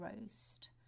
roast